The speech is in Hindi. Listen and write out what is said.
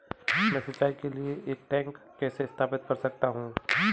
मैं सिंचाई के लिए एक टैंक कैसे स्थापित कर सकता हूँ?